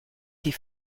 die